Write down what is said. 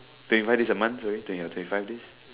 twenty five days a month sorry twenty twenty five days